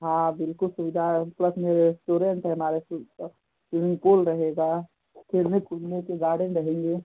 हाँ बिल्कुल सुविधा है प्लस में येह रेस्टोरेन्ट है हमारे होटल पर स्विमिंग पूल रहेगा खेलने कूदने को गार्डन रहेंगे